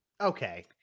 Okay